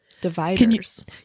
Dividers